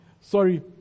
Sorry